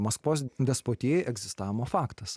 maskvos despotijai egzistavimo faktas